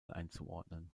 einzuordnen